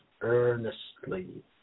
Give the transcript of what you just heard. earnestly